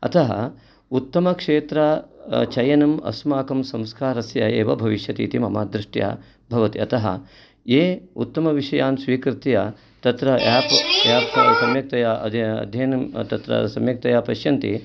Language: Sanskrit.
अतः उत्तमक्षेत्रे चयनम् अस्माकं संस्कारस्य एव भविष्यति इति मम दृष्ट्या भवति अतः ये उत्तमविषयान् स्वीकृत्य तत्र तया सम्यक्तया अध्ययनं तत्र सम्यक्तया पश्यन्ति